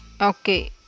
okay